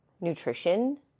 nutrition